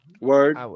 Word